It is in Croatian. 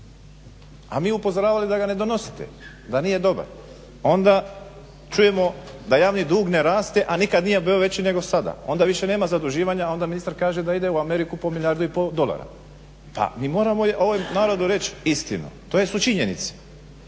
A mi upozoravali da ga ne donosite, da nije dobar. Onda čujemo da javni dug ne raste, a nikad nije bio veći nego sada. Onda više nema zaduživanja, onda ministar kaže da ide u Ameriku po milijardu i pol dolara. Pa mi moramo ovom narodu reći istinu. To su činjenice.